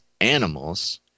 animals